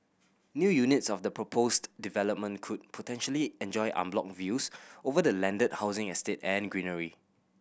new units of the proposed development could potentially enjoy unblocked views over the landed housing estate and greenery